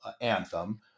Anthem